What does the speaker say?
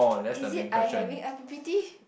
is it I having i_p_p_t